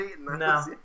no